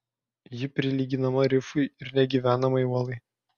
ji prilyginama rifui ir negyvenamai uolai